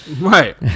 Right